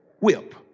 whip